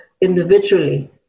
individually